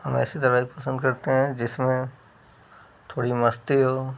हम ऐसे धारावाहिक पसन्द करते हैं जिसमें थोड़ी मस्ती हो